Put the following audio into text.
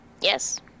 Yes